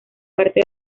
parte